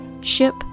ship